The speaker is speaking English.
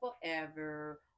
forever